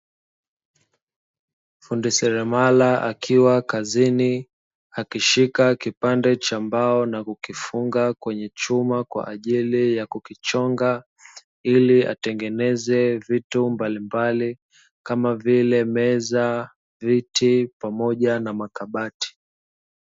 Fundi seremala akiwa kazini akishika kipande cha mbao na kukifunga kwenye chuma kwa ajili ya kukichonga ili atengeneza vitu mbalimbali kama vile meza, viti pamoja na makabati.